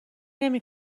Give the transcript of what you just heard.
نمی